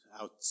out